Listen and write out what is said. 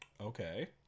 okay